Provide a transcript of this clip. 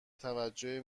توجه